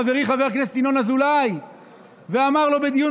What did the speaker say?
חברי חבר הכנסת ינון אזולאי ואמר לו בדיון